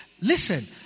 Listen